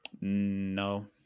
No